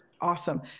awesome